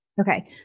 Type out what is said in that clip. Okay